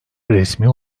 resmi